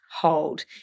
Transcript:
hold